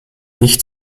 nicht